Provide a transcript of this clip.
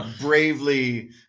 bravely